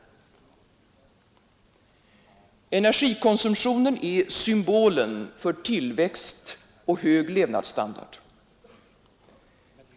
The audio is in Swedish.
Energikonsumtionen är symbolen för tillväxt och hög levnadsstandard.